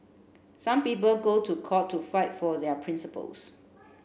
some people go to court to fight for their principles